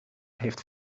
heeft